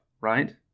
right